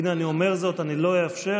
הינה, אני אומר זאת, אני לא אאפשר,